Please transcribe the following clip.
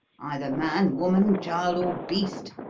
either man, woman, child or beast,